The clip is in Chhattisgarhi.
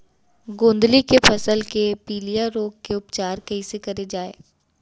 गोंदली के फसल के पिलिया रोग के उपचार कइसे करे जाये?